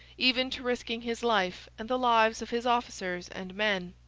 even to risking his life and the lives of his officers and men.